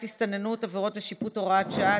הסתננות (עבירות ושיפוט) (הוראת שעה),